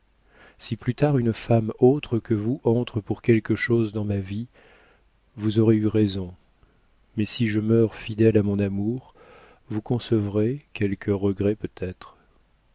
si plus tard une femme autre que vous entre pour quelque chose dans ma vie vous aurez eu raison mais si je meurs fidèle à mon amour vous concevrez quelque regret peut-être